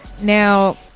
now